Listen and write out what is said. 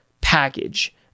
package